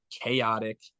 chaotic